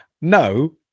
No